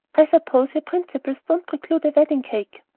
i suppose your principles don't preclude a wedding-cake?